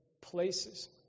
places